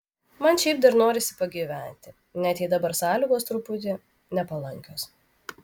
man šiaip dar norisi pagyventi net jei dabar sąlygos truputį nepalankios